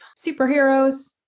superheroes